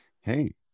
Hey